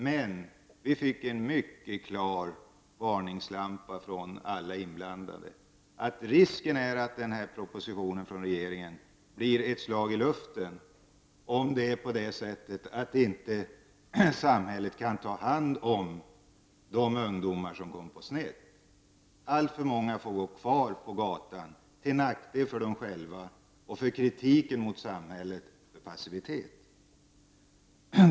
Men vi uppfattade också mycket klart en varningslampa från alla inblandade: Risken är att propositionen från regeringen blir ett slag i luften om samhället inte kan ta hand om de ungdomar som hamnar snett. Alltför många får gå kvar på gatan — till nackdel för både dem själva och samhället som får kritik för passivitet.